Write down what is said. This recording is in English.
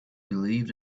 believed